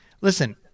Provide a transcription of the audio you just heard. Listen